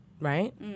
right